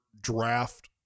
draft